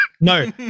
No